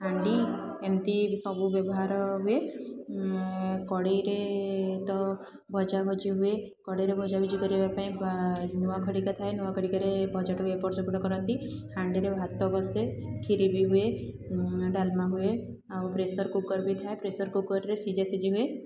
ହାଣ୍ଡି ଏମିତି ସବୁ ବ୍ୟବହାର ହୁଏ କଡ଼େଇରେ ତ ଭଜାଭଜି ହୁଏ କଡ଼େଇରେ ଭଜାଭଜି କରିବାପାଇଁ ବା ଲୁହା ଖଡ଼ିକା ଥାଏ ଲୁହା ଖଡ଼ିକାରେ ଭଜାଟାକୁ ଏପଟସେପଟ କରନ୍ତି ହାଣ୍ଡିରେ ଭାତ ବସେ ଖିରି ବି ହୁଏ ଡାଲମା ହୁଏ ଆଉ ପ୍ରେସର ବି ଥାଏ ପ୍ରେସର୍କୁକର୍ରେ ସିଝାସିଝି ହୁଏ